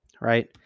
right